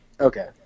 Okay